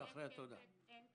אין כסף.